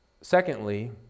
Secondly